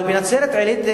אבל בנצרת-עילית,